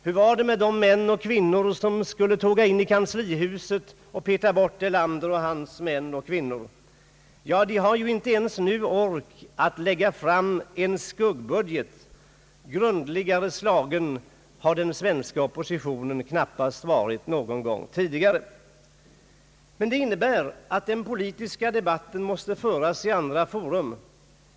Hur var det med de män och kvinnor som skulle tåga in i kanslihuset och peta bort Erlander och hans män och kvinnor? De har ju inte ens ork att nu lägga fram en skuggbudget. Grundligare slagen har den svenska oppositionen knappast varit någon gång tidigare. Det innebär att den politiska debatten måste föras inför andra forum.